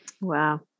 Wow